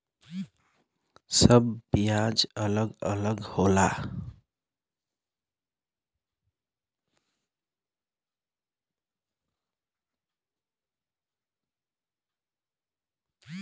सब कर बियाज अलग अलग होला